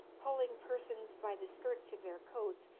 pulling persons by the skirts of their coats,